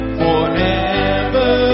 forever